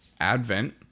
Advent